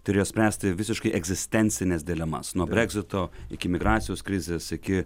turėjo spręsti visiškai egzistencines dilemas nuo breksito iki migracijos krizės iki